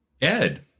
Ed